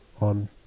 on